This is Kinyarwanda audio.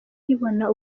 nkibona